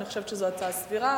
ואני חושבת שזו הצעה סבירה.